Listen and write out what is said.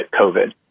COVID